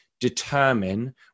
determine